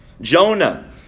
Jonah